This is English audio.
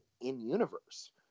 in-universe